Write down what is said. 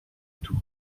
tout